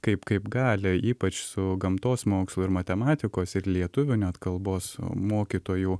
kaip kaip gali ypač su gamtos mokslų ir matematikos ir lietuvių net kalbos mokytojų